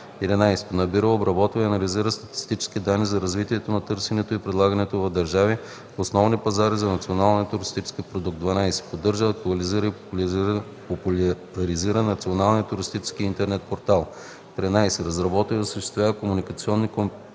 11. набира, обработва и анализира статистически данни за развитието на търсенето и предлагането в държави – основни пазари за националния туристически продукт; 12. поддържа, актуализира и популяризира Националния туристически интернет портал; 13. разработва и осъществява комуникационни кампании